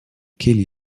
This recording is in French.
kelly